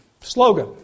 slogan